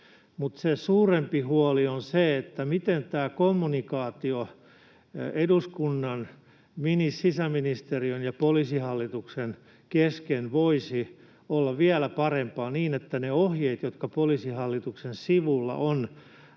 Mutta se suurempi huoli on se, miten tämä kommunikaatio eduskunnan, sisäministeriön ja Poliisihallituksen kesken voisi olla vielä parempaa niin, että ne ohjeet, joita Poliisihallituksen sivulla on